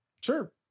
Sure